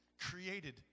created